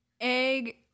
egg